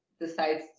decides